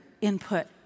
input